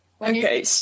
okay